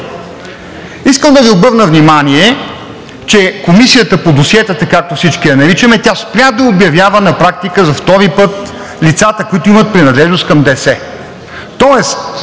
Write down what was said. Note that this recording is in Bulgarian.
искам да Ви обърна внимание, че Комисията по досиетата, както всички я наричаме, спря на практика да обявява за втори път лицата, които имат принадлежност към ДС.